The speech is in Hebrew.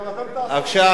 גם אתם תעשו?